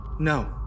No